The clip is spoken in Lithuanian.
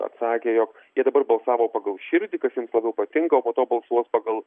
atsakė jog jie dabar balsavo pagal širdį kas jiems labiau patinka o po to balsuos pagal